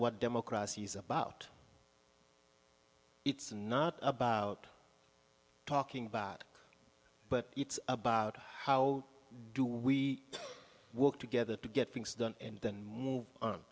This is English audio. what democrats use about it's not about talking about but it's about how do we work together to get things done and then move on